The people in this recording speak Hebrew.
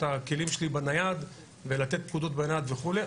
הכלים שלי בנייד ולתת פקודות בנייד וכולי.